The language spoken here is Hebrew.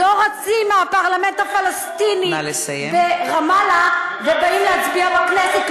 לא רצים מהפרלמנט הפלסטיני ברמאללה ובאים להצביע בכנסת,